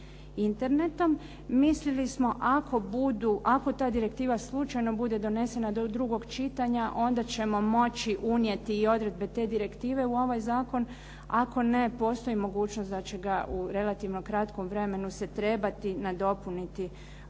internetom. Mislili smo ako budu, ako ta direktiva slučajno bude donesena do drugog čitanja, onda ćemo moći unijeti i odredbe te direktive u ovaj zakon. Ako ne, postoji mogućnost da će ga u relativno kratkom vremenu se trebati nadopuniti